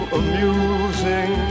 amusing